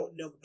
no